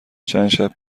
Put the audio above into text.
چندشب